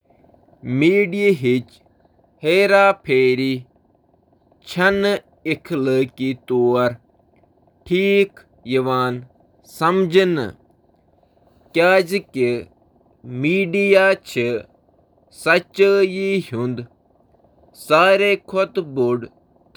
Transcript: نہٕ، زیادٕ تر تناظرن مطٲبق، چیلنجن وراۓ صحیح معنن منٛز"اصل زندگی" گزارُن چُھ نہٕ ممکن، تیکیازِ چیلنجز چِھ اکثر ذأتی ترقی، لچک، تہٕ کامیابین خاطرٕ گہری تعریف خاطرٕ اتپریرک پٲنٹھ